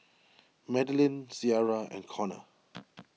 Madelynn Ciarra and Conner